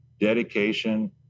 dedication